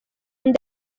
nda